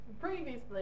previously